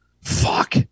Fuck